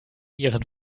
ihren